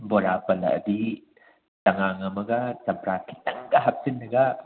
ꯕꯣꯔꯥ ꯄꯜꯂꯛꯑꯗꯤ ꯆꯉꯥꯡ ꯑꯃꯒ ꯆꯝꯄ꯭ꯔꯥ ꯈꯤꯇꯪꯒ ꯍꯥꯞꯆꯤꯜꯂꯒ